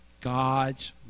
God's